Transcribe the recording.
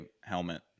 helmet